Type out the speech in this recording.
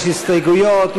יש הסתייגויות,